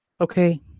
Okay